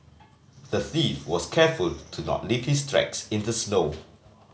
the thief was careful to not leave his tracks in the snow